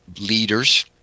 leaders